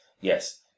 Yes